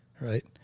Right